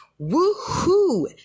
Woohoo